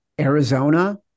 Arizona